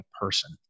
person